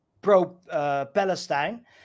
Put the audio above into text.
pro-Palestine